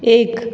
एक